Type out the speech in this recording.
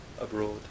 abroad